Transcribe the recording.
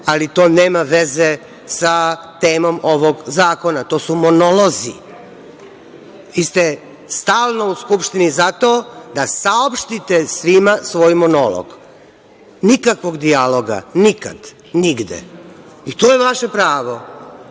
ali to nema veze sa temom ovog zakona. To su monolozi. Vi ste stalno u Skupštini za to da saopštite svima svoj monolog. Nikakvog dijaloga nikad, nigde. I to je vaše pravo. Ja